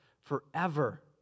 forever